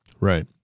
Right